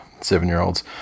seven-year-olds